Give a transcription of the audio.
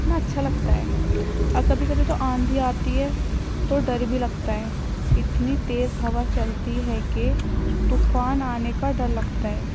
اتنا اچھا لگتا ہے اور کبھی کبھی تو آندھی آتی ہے تو ڈر بھی لگتا ہے اتنی تیز ہوا چلتی ہے کہ طوفان آنے کا ڈر لگتا ہے